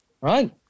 right